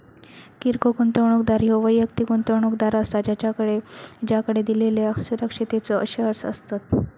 किरकोळ गुंतवणूकदार ह्यो वैयक्तिक गुंतवणूकदार असता ज्याकडे दिलेल्यो सुरक्षिततेचो शेअर्स असतत